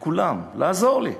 לכולם לעזור לי,